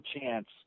chance